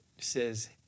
says